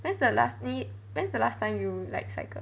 when's the last 你 when's the last time you like cycle